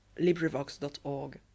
LibriVox.org